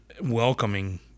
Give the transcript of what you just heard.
welcoming